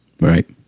Right